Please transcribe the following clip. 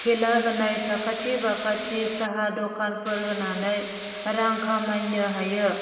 खेला होनाय साखाथि बाखाथि साहा दखानफोर होनानै रां खामायनो हायो